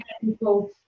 people